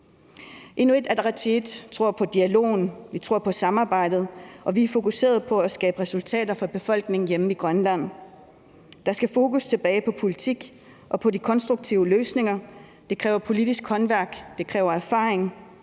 Inuit Ataqatigiit tror på dialogen. Vi tror på samarbejdet, og vi er fokuserede på at skabe resultater for befolkningen hjemme i Grønland. Der skal fokus tilbage på politik og på de konstruktive løsninger. Det kræver politisk håndværk, og det kræver erfaring.